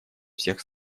всех